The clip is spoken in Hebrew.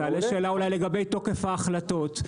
תעלה שאלה אולי לגבי תוקף ההחלטות,